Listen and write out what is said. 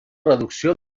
reducció